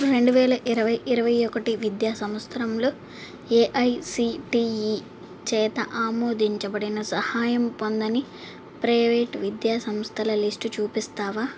రెండు వేల ఇరవై ఇరవై ఒకటి విద్యా సంవత్సరంలో ఏఐసిటిఈ చేత ఆమోదించబడిన సహాయం పొందని ప్రైవేటు విద్యా సంస్థల లిస్టు చూపిస్తావా